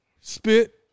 spit